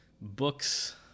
books